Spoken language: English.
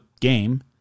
game